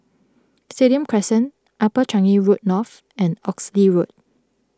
Stadium Crescent Upper Changi Road North and Oxley Road